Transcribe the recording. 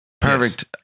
Perfect